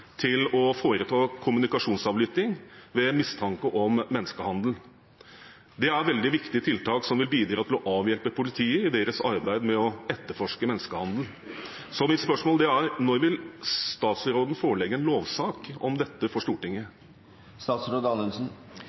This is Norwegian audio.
til å foreta kommunikasjonsavlytting ved mistanke om menneskehandel. Det er et veldig viktig tiltak, som vil bidra til å hjelpe politiet i deres arbeid med å etterforske menneskehandel. Så mitt spørsmål er: Når vil statsråden forelegge en lovsak om dette for Stortinget?